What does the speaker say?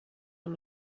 amb